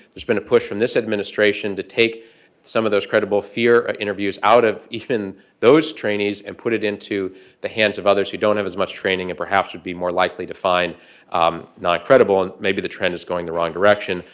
there's been a push from this administration to take some of those credible fear interviews out of even those trainees and put it into the hands of others who don't have as much training and perhaps would be more likely to find not credible, and maybe the trend is going the wrong direction.